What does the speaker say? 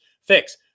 Fix